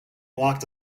walked